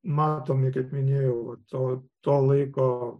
matomi kaip minėjau o to laiko